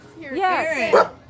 Yes